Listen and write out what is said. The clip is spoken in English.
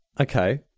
Okay